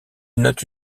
note